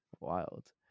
wild